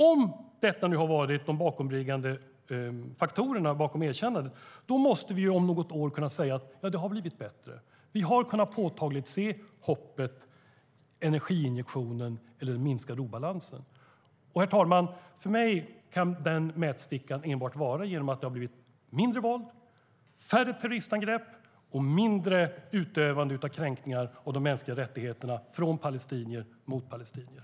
Om detta nu har varit de bakomliggande faktorerna till erkännandet måste vi om något år kunna säga att det har blivit bättre och att vi påtagligt har kunnat se hoppet, energiinjektionen eller den minskade obalansen. Herr talman! För mig kan detta mätas enbart om det har blivit mindre våld, färre terroristangrepp och mindre utövande av kränkningar mot de mänskliga rättigheterna från palestinier mot palestinier.